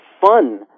fun